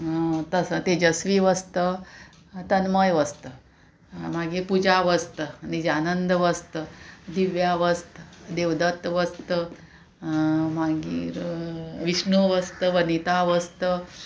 तसो तेजस्वी वस्त तन्मय वस्त मागीर पुजा वस्त निजानंद वस्त दिव्या वस्त देवदत्त वस्त मागीर विष्णू वस्त वनिता वस्त